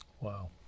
Wow